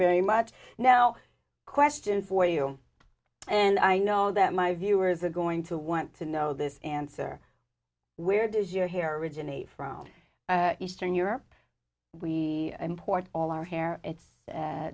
very much now question for you and i know that my viewers are going to want to know this answer where does your hair originate from eastern europe we import all our hair it's